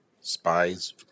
spies